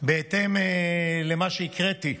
בהתאם למה שהקראתי,